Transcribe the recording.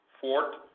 Fourth